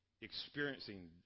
experiencing